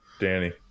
Danny